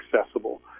accessible